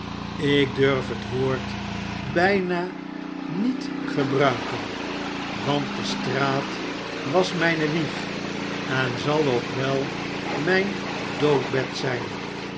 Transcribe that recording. ik durf het woord bijna niet gebruiken want de straat was mijne wieg en zal ook wel mijn doodbed zijn